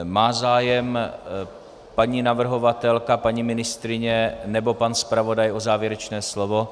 Má zájem paní navrhovatelka, paní ministryně nebo pan zpravodaj o závěrečné slovo?